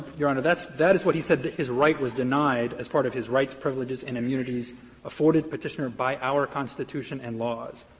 your honor. that's that is what he said his right was denied as part of his rights, privileges and immunities afforded petitioner by our constitution and laws.